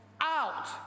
out